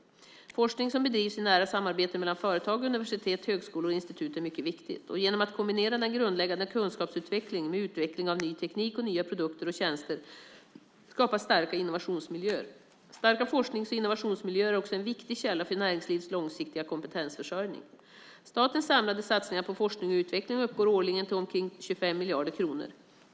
Forskning som bedrivs i nära samarbete mellan företag, universitet, högskolor och institut är mycket viktig. Genom att kombinera den grundläggande kunskapsutvecklingen med utveckling av ny teknik och nya produkter och tjänster skapas starka innovationsmiljöer. Starka forsknings och innovationsmiljöer är också en viktig källa för näringslivets långsiktiga kompetensförsörjning. Statens samlade satsningar på forskning och utveckling uppgår årligen till omkring 25 miljarder kronor.